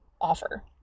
offer